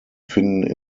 finden